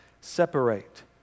separate